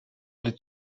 did